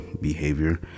behavior